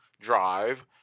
drive